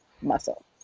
muscle